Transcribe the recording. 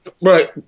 Right